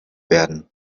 werden